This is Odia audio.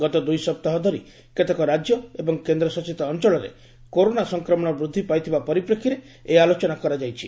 ଗତ ଦୁଇ ସପ୍ତାହ ଧରି କେତେକ ରାଜ୍ୟ ଏବଂ କେନ୍ଦ୍ରଶାସିତ ଅଞ୍ଚଳରେ କରୋନା ସଂକ୍ରମଣ ବୃଦ୍ଧି ପାଇଥିବା ପରିପ୍ରେକ୍ଷୀରେ ଏହି ଆଲୋଚନା କରାଯାଇଛି